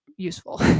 useful